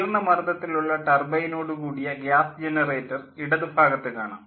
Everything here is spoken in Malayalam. ഉയർന്ന മർദ്ദത്തിലുള്ള ടർബൈനോടു കൂടിയ ഗ്യാസ് ജനറേറ്റർ ഇടത് ഭാഗത്ത് കാണാം